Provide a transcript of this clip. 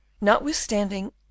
Notwithstanding